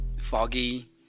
foggy